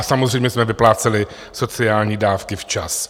Samozřejmě jsme vypláceli sociální dávky včas.